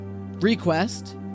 request